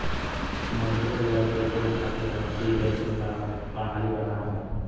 मजदूर वर्ग के लोग खातिर राष्ट्रीय पेंशन प्रणाली वरदान हौ